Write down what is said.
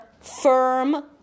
firm